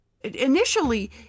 initially